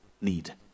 need